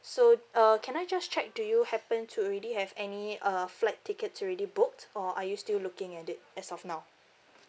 so uh can I just check do you happen to already have any uh flight tickets already booked or are you still looking at it as of now